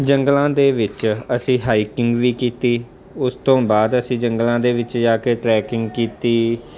ਜੰਗਲਾਂ ਦੇ ਵਿੱਚ ਅਸੀਂ ਹਾਈਕਿੰਗ ਵੀ ਕੀਤੀ ਉਸ ਤੋਂ ਬਾਅਦ ਅਸੀਂ ਜੰਗਲਾਂ ਦੇ ਵਿੱਚ ਜਾ ਕੇ ਟਰੈਕਿੰਗ ਕੀਤੀ